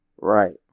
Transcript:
Right